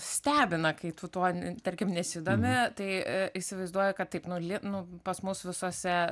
stebina kai tu tuo tarkim nesidomi tai įsivaizduoju kad taip nu li nu pas mus visose